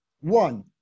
One